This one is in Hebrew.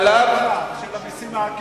הבעיה של המים, של המסים העקיפים,